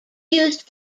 used